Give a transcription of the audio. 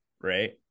right